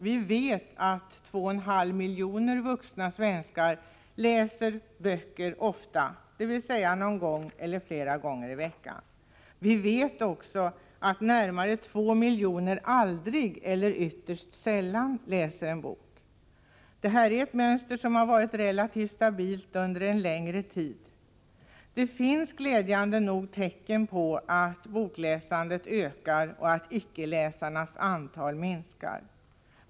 Vi vet att 2,5 miljoner vuxna svenskar läser böcker ofta, dvs. någon gång eller flera gånger i veckan. Vi vet också att närmare 2 miljoner aldrig eller ytterst sällan läser en bok. Detta är ett mönster som har varit relativt stabilt under längre tid. Glädjande nog finns det tecken på att bokläsandet ökar och att icke-läsarnas antal minskar.